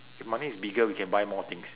if money is bigger we can buy more things